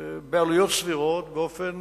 בעלויות סבירות, באופן